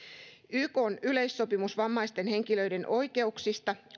ykn yleissopimus vammaisten henkilöiden oikeuksista